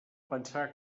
pensar